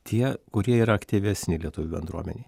tie kurie yra aktyvesni lietuvių bendruomenėj